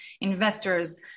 investors